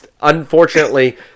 unfortunately